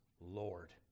Lord